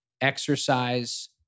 exercise